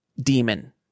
demon